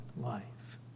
life